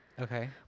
okay